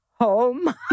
Home